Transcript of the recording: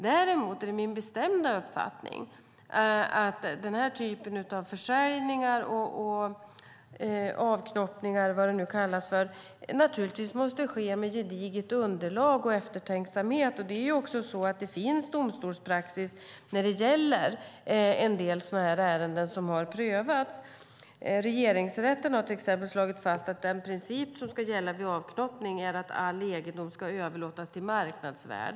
Däremot är det min bestämda uppfattning att den här typen av försäljningar och avknoppningar naturligtvis måste ske med gediget underlag och eftertänksamhet. När det gäller en del sådana här ärenden finns det också domstolspraxis som har prövats. Regeringsrätten har till exempel slagit fast att den princip som ska gälla vid avknoppning är att all egendom ska överlåtas till marknadsvärde.